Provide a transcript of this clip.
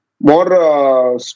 more